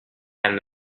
and